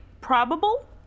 probable